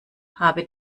habe